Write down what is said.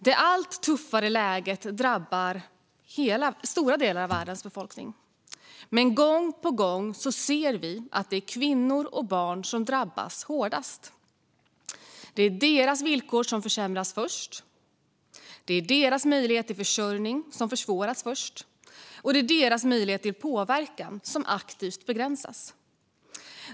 Det allt tuffare läget drabbar stora delar av världens befolkning. Men gång på gång ser vi att det är kvinnor och barn som drabbas hårdast. Det är deras villkor som försämras först. Det är deras möjlighet till försörjning som försvåras först. Det är deras möjlighet till påverkan som aktivt begränsas.